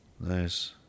nice